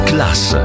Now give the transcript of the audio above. Class